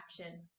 action